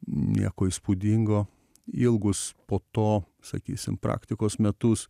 nieko įspūdingo ilgus po to sakysim praktikos metus